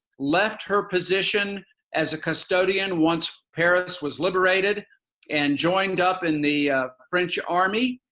left her position as a custodian once paris was liberated and joined up in the french army.